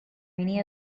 many